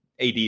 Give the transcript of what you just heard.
AD